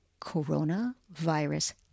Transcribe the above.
coronavirus